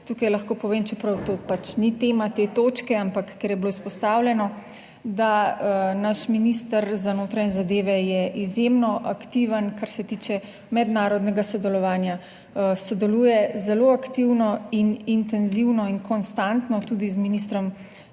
Tukaj lahko povem, čeprav to pač ni tema te točke, ampak ker je bilo izpostavljeno, da naš minister za notranje zadeve je izjemno aktiven, kar se tiče mednarodnega sodelovanja, sodeluje zelo aktivno in intenzivno in konstantno tudi z ministrom